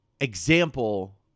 example